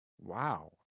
Wow